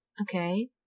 Okay